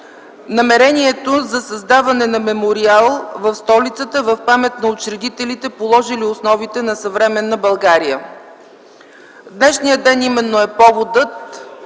намерението за създаване на мемориал в столицата в памет на учредителите, положили основите на съвременна България. Днешният ден именно е поводът